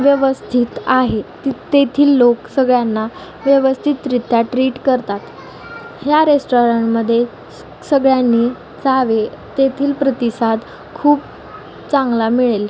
व्यवस्थित आहे ति तेथील लोक सगळ्यांना व्यवस्थितरीत्या ट्रीट करतात ह्या रेस्टॉरणमध्ये सि सगळ्यांनी जावे तेथील प्रतिसाद खूप चांगला मिळेल